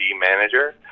manager